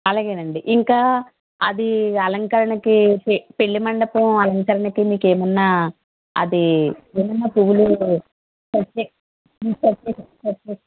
అలాగేనండి ఇంకా అది అలంకరణకి పె పెళ్ళి మండపం అలంకరణకి మీకేమన్నా అది ఏమన్నా పువ్వులు ప్రత్యేక